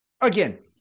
again